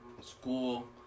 School